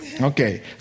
Okay